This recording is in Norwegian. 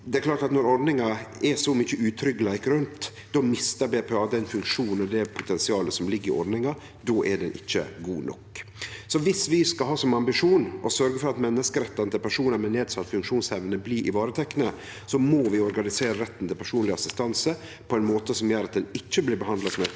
når det er så mykje utryggleik rundt ordninga, mistar BPA funksjonen og potensialet som ligg i ordninga. Då er ho ikkje god nok. Om vi skal ha som ambisjon å sørgje for at menneskerettane til personar med nedsett funksjonsevne blir varetekne, må vi organisere retten til personleg assistanse på ein måte som gjer at det ikkje blir behandla som ei